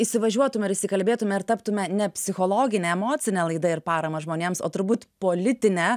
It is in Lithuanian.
įsivažiuotume ir įsikalbėtume ir taptume ne psichologine emocine laida ir parama žmonėms o turbūt politine